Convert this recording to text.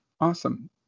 awesome